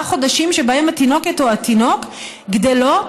חודשים שבהם התינוקת או התינוק גדלות